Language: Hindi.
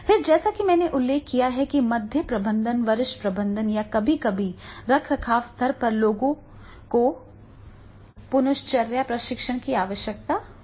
फिर जैसा कि मैंने उल्लेख किया है कि मध्य प्रबंधन वरिष्ठ प्रबंधन या कभी कभी रखरखाव स्तर पर लोगों को पुनश्चर्या प्रशिक्षण की आवश्यकता होती है